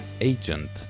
agent